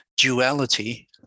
Duality